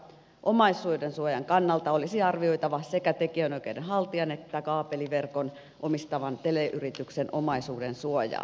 omaisuudensuojan kannalta olisi arvioitava sekä tekijänoikeuden haltijan että kaapeliverkon omistavan teleyrityksen omaisuudensuojaa